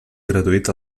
gratuït